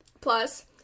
Plus